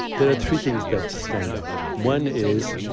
there are three things that stand out. one is,